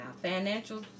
financial